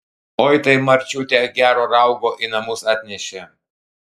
oi tai marčiutė gero raugo į namus atnešė